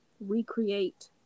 recreate